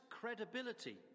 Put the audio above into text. credibility